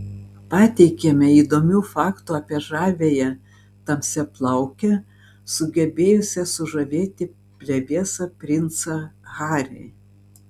pateikiame įdomių faktų apie žaviąją tamsiaplaukę sugebėjusią sužavėti plevėsą princą harry